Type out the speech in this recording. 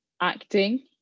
acting